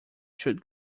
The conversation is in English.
should